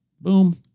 boom